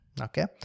okay